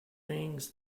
things